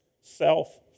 self